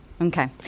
Okay